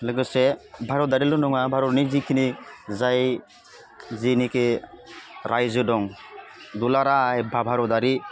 लोगोसे भारतारिल' नङा भारतनि जिखिनि जाय जेनिखि रायजो दं दुलाराय भारतारि